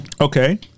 Okay